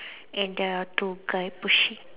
and there are two guy pushing